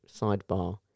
sidebar